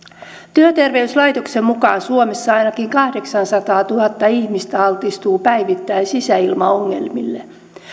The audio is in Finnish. työterveyslaitoksen mukaan suomessa ainakin kahdeksansataatuhatta ihmistä altistuu päivittäin sisäilmaongelmille